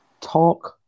Talk